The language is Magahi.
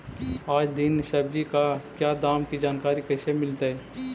आज दीन सब्जी का क्या दाम की जानकारी कैसे मीलतय?